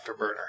afterburner